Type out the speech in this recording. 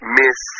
miss